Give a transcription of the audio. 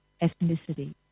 ethnicity